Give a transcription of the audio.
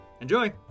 enjoy